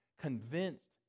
convinced